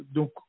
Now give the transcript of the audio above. Donc